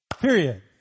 period